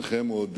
שאינכם עוד